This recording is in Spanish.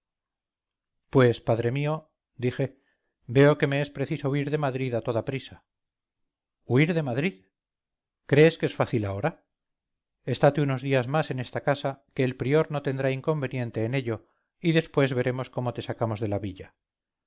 pues padre mío dije veo que me es preciso huir de madrid a toda prisa huir de madrid crees que es fácil ahora estate unos días más en esta casa que el prior no tendrá inconveniente en ello y después veremos cómo te sacamos de la villa